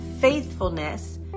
faithfulness